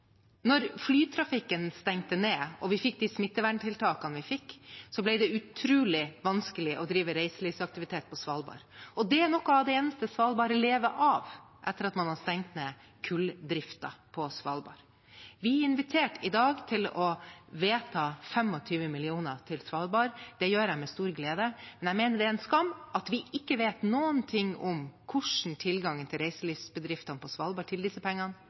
flytrafikken stengte ned og vi fikk de smitteverntiltakene vi fikk, ble det utrolig vanskelig å drive reiselivsaktivitet på Svalbard, og det er noe av det eneste Svalbard lever av etter at man har stengt ned kulldriften på Svalbard. Vi er i dag invitert til å vedta 25 mill. kr til Svalbard. Det gjør jeg med stor glede, men jeg mener det er en skam at vi ikke vet noe om hvordan tilgangen til disse pengene blir for reiselivsbedriftene på Svalbard.